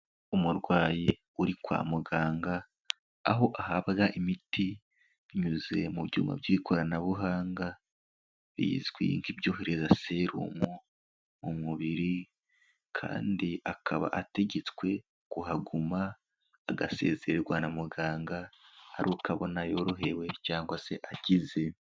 Umurwayi uri kwa muganga aho ahabwa imiti binyuze mu byuma by'ikoranabuhanga bizwi nk'ibyohereza serumo mu mubiri kandi akaba ategetswe kuhaguma agasezererwa na muganga ari uko abona yorohewe cyangwa se akize.